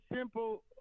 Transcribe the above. simple